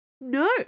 No